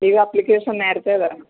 leave application നേരത്തെ തരണം